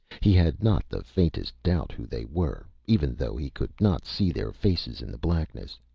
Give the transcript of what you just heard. he had not the faintest doubt who they were even though he could not see their faces in the blackness.